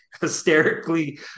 hysterically